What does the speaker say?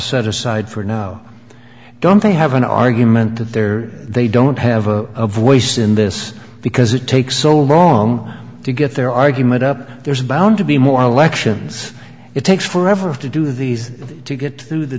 set aside for now i don't think you have an argument there they don't have a voice in this because it takes so long to get their argument up there's bound to be more lections it takes forever to do these to get through the